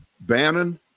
Bannon